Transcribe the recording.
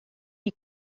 die